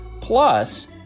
Plus